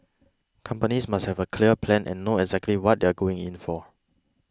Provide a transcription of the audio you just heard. companies must have a clear plan and know exactly what they are going in for